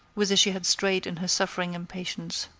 whither she had strayed in her suffering impatience.